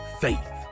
faith